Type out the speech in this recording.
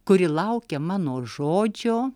kuri laukia mano žodžio